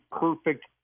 perfect